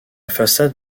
façade